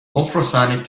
ultrasonic